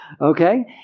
Okay